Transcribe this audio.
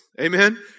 Amen